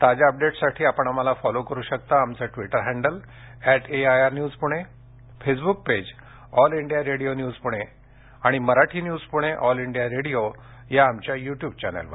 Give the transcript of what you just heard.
ताज्या अपडेट्ससाठी आपण आम्हाला फॉलो करु शकता आमचं Twitter handle at AIR news Pune Facebook page All India Radio news Pune आणि Marathi news Pune All India Radio या आमच्या युट्युब चॅनेलवर